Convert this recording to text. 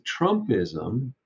Trumpism